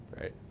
Right